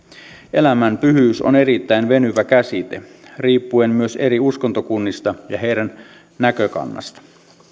elämän pyhyys on erittäin venyvä käsite riippuen myös eri uskontokunnista ja heidän näkökannastaan